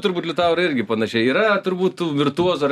turbūt liutaurai irgi panašiai yra turbūt tų virtuozų ar